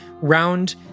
round